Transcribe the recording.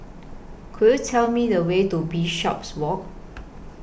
Could YOU Tell Me The Way to Bishopswalk